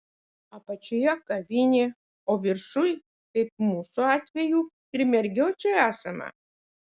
apačioje kavinė o viršuj kaip mūsų atveju ir mergiočių esama